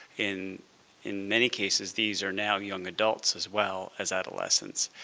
in in many cases, these are now young adults as well as adolescents.